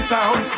Sound